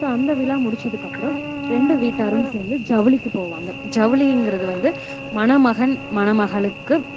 so அந்த விழா முடிச்சதுக்கப்புறம் ரெண்டு வீட்டாரும் சேர்ந்து ஜவுளிக்கு போவாங்க ஜவுளிங்கிறது வந்து மணமகன் மணமகளுக்கு